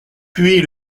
puis